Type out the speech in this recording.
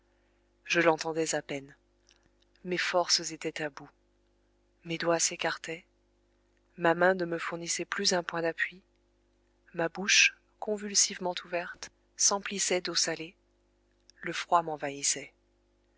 je l'entendais à peine mes forces étaient à bout mes doigts s'écartaient ma main ne me fournissait plus un point d'appui ma bouche convulsivement ouverte s'emplissait d'eau salée le froid m'envahissait